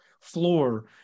floor